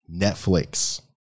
Netflix